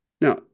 Now